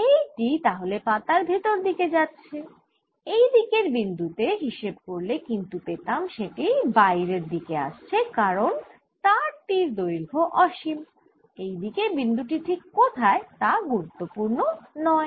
এটি তাহলে পাতার ভেতর দিকে যাচ্ছে এই দিকের বিন্দু তে হিসেব করলে কিন্তু পেতাম সেটি বাইরের দিকে আসছে কারণ তার টির দৈর্ঘ্য অসীম এইদিকে বিন্দু টি ঠিক কোথায় তা গুরুত্বপুণ নয়